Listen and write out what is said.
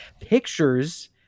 pictures